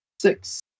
six